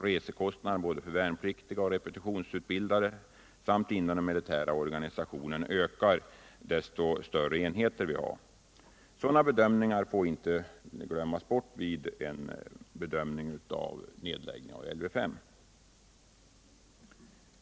Resekostnaderna för både de värnpliktiga och de repetitionsutbildade samt inom den militära organisationen ökar ju större enheter vi har. Sådana bedömningar får ej glömmas bort vid bedömning av nedläggning av Lv 5.